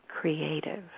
creative